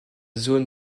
zone